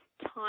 time